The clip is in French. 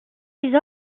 les